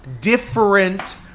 different